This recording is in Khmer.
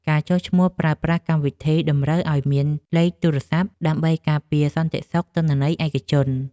ការចុះឈ្មោះប្រើប្រាស់កម្មវិធីតម្រូវឱ្យមានលេខទូរសព្ទ ដើម្បីការពារសន្តិសុខទិន្នន័យឯកជន។